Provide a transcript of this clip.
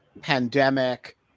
pandemic